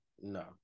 No